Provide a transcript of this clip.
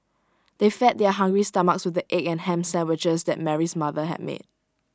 they fed their hungry stomachs with the egg and Ham Sandwiches that Mary's mother had made